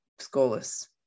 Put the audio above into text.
scoreless